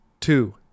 Two